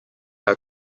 are